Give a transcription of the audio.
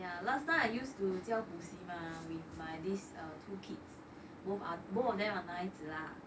ya last time I used to 教补习 mah with my this two kids both are more of them are 男孩子 lah